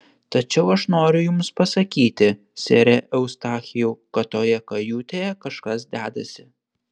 tačiau aš noriu jums pasakyti sere eustachijau kad toje kajutėje kažkas dedasi